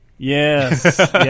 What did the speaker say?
Yes